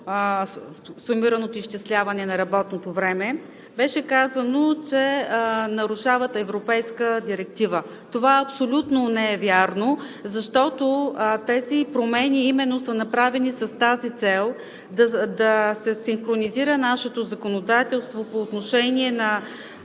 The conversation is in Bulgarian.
сумираното изчисляване на работното време, и беше казано, че нарушават Европейска директива. Това абсолютно не е вярно, защото тези промени са направени с цел да се синхронизира нашето законодателство по отношение на